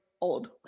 old